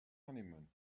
honeymoon